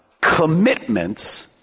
commitments